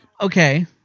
okay